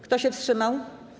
Kto się wstrzymał?